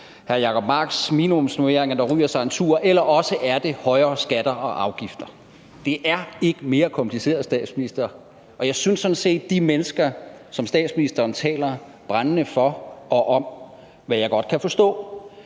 hr. Jacob Marks minimumsnormeringer, der ryger sig en tur. Det andet sted er fra højere skatter og afgifter. Det er ikke mere kompliceret, statsminister. Og de mennesker, som statsministeren taler brændende for og om, hvad jeg godt kan forstå,